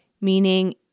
meaning